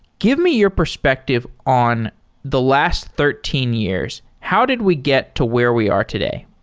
give me your perspective on the last thirteen years. how did we get to where we are today?